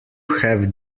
have